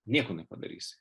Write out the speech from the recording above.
nieko nepadarysi